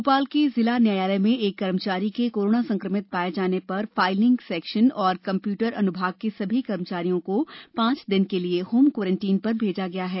भोपाल के जिला न्यायालय में एक कर्मचारी के कोरोना संक्रमित पाये जाने पर फायलिंग सेक्शन और कम्प्यूटर अनुभाग के सभी कर्मचारियों को पांच दिन के लिए होम क्वारेंटाईन पर भेजा गया है